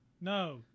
No